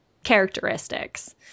characteristics